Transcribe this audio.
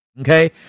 okay